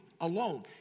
alone